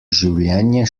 življenje